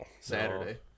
Saturday